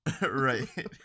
Right